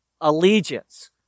allegiance